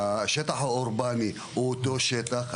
השטח האורבני הוא אותו שטח,